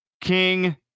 King